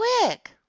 quick